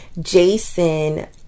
Jason